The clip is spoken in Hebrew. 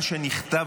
מה שנכתב,